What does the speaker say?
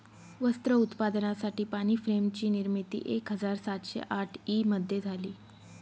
वस्त्र उत्पादनासाठी पाणी फ्रेम ची निर्मिती एक हजार सातशे साठ ई मध्ये झाली